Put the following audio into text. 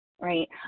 right